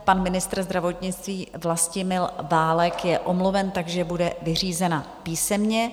Pan ministr zdravotnictví Vlastimil Válek je omluven, takže bude vyřízena písemně.